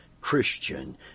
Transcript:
Christian